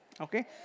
Okay